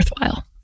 worthwhile